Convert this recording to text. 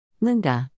Linda